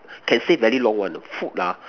can say very long one ah food ah